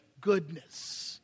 goodness